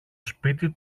σπίτι